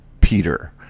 Peter